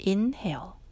Inhale